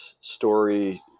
story